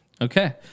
Okay